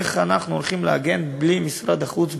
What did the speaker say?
איך אנחנו הולכים להגן בלי משרד החוץ,